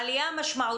חגי, עלייה משמעותית